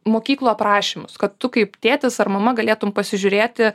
mokyklų aprašymus kad tu kaip tėtis ar mama galėtum pasižiūrėti